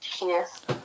Yes